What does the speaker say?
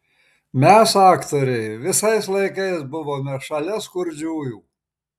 mes aktoriai visais laikais buvome šalia skurdžiųjų